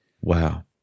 Wow